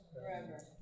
Forever